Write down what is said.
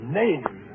name